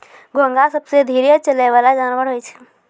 घोंघा सबसें धीरे चलै वला जानवर होय छै